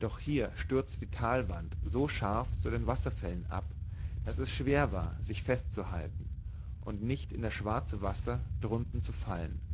doch hier stürzte die talwand so scharf zu den wasserfällen ab daß es schwer war sich festzuhalten und nicht in das schwarze wasser drunten zu fallen